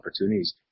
opportunities